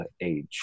age